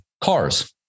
cars